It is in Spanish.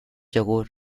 yogur